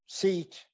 seat